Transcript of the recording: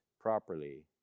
properly